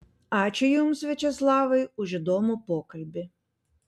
ačiū jums viačeslavai už įdomų pokalbį